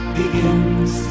begins